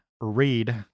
read